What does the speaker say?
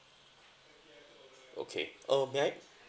okay uh may I